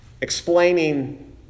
explaining